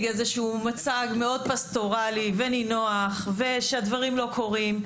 איזשהו מצג מאוד פסטורלי ונינוח ושהדברים לא קורים,